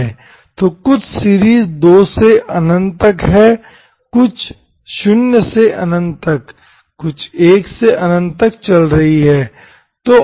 तो कुछ सीरीज 2 से अनंत तक कुछ 0 से अनंत तक कुछ 1 से अनंत तक चल रही है